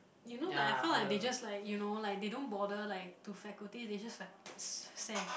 you know like I found like they just like you know like they don't bother like to faculty they just like s~ send